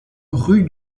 rue